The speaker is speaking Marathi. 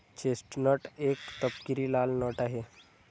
चेस्टनट एक तपकिरी लाल नट आहे